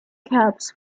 caps